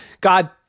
God